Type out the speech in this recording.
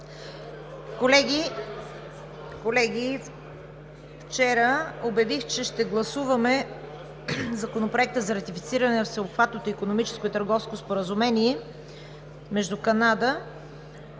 Колеги, вчера обявих, че ще гласуваме Законопроекта за ратифициране на Всеобхватното икономическо и търговско споразумение между Канада, от една